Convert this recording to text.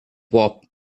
warp